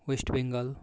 West Bengal